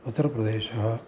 उत्तरप्रदेशः